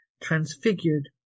transfigured